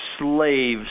slaves